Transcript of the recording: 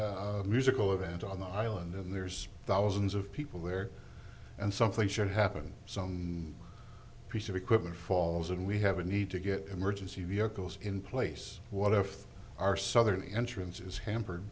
a musical event on the island and there's thousands of people there and something should happen some piece of equipment falls and we have a need to get emergency vehicles in place whatever our southern entrance is hampered